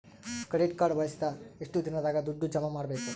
Credit card ಬಳಸಿದ ಎಷ್ಟು ದಿನದಾಗ ದುಡ್ಡು ಜಮಾ ಮಾಡ್ಬೇಕು?